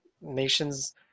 nations